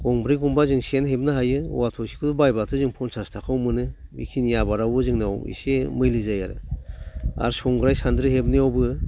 गंब्रै गंबा जों सेन हेबनो हायो औवा थ'सेखौ बायबाथ' जों फन्सास थाखायाव मोनो बेखिनि आबादावबो जोंनाव इसे मैलि जायो आरो आरो संग्राय सानद्रि हेबनायावबो